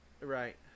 Right